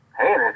Hey